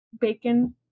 bacon